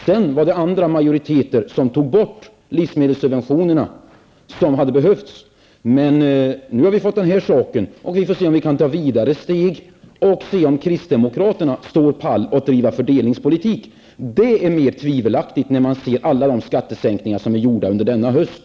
Sedan var det andra majoriteter som tog bort livsmedelssubventionerna. Dessa hade behövts. Men nu har vi fått den här saken. Vi får se om vi kan gå vidare och se om kristdemokraterna står pall för att driva fördelningspolitik. Det är mer tvivelaktigt när man ser alla de skattesänkningar som genomförts under denna höst.